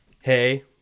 hey